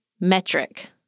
metric